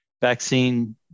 vaccine